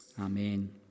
Amen